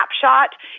snapshot